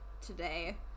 today